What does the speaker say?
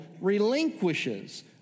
relinquishes